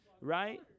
right